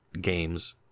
games